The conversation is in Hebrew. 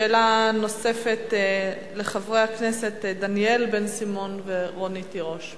שאלה נוספת לחברי הכנסת דניאל בן-סימון ורונית תירוש.